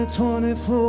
24